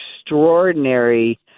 extraordinary